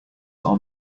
are